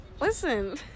listen